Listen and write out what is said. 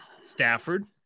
Stafford